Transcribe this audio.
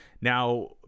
Now